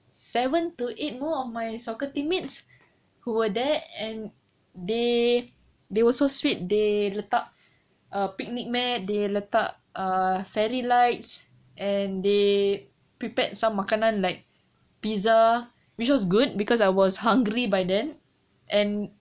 seven to eight more of my soccer teammates who were there and they they were sweet they letak uh picnic mat they letak uh fairy lights and they prepared some makanan like pizza which was good because I was hungry by then and